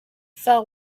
fell